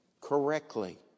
correctly